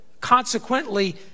consequently